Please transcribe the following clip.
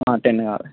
ten కావాలి